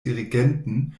dirigenten